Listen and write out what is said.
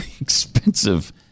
expensive